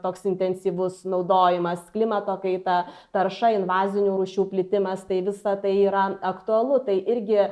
toks intensyvus naudojimas klimato kaita tarša invazinių rūšių plitimas tai visa tai yra aktualu tai irgi